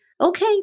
okay